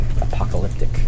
apocalyptic